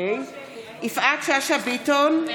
יפעת שאשא ביטון,